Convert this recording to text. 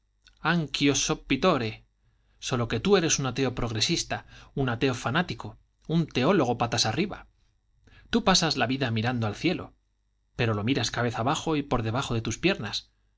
so pittore sólo que tú eres un ateo progresista un ateo fanático un teólogo patas arriba tú pasas la vida mirando al cielo pero lo miras cabeza abajo y por debajo de tus piernas